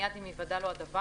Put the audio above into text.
מיד עם היוודע לו הדבר,